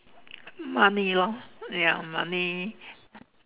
money lor ya money